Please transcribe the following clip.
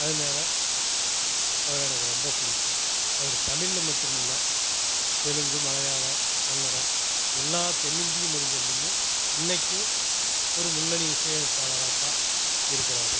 அதனால் அவரை எனக்கு ரொம்ப பிடிக்கும் அவர் தமிழில் மட்டும் இல்லை தெலுங்கு மலையாளம் கன்னடம் எல்லா தென்னிந்திய மொழிகள்லேயும் இன்றறைக்கும் ஒரு முன்னணி இசையமைப்பாளராக தான் இருக்கிறாரு